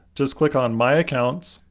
just click on my accounts,